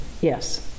Yes